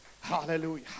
hallelujah